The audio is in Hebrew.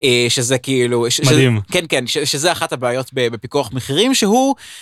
שזה כאילו, מדהים, כן כן, שזה אחת הבעיות בפיקוח מחירים, שהוא...